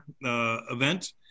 event